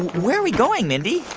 and where are we going, mindy?